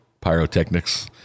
pyrotechnics